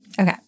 Okay